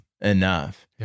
enough